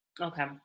okay